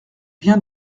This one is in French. vient